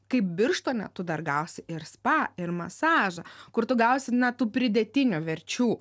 kaip birštone tu dar gausi ir spa ir masažą kur tu gausi na tų pridėtinių verčių